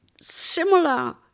similar